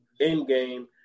Endgame